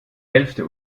hälfte